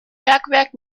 bergwerk